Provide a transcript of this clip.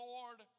Lord